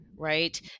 Right